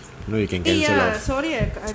you know you can cancel off